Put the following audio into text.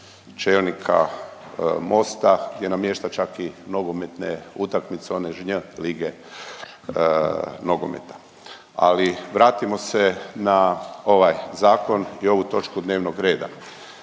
čelnika Mosta gdje namješta čak i nogometne utakmice one žnj lige nogometa, ali vratimo se na ovaj zakon i ovu točku dnevnog reda.